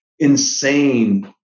insane